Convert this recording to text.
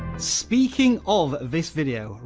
speaking of this video,